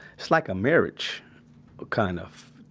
it's like a marriage kind of.